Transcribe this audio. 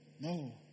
No